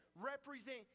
represent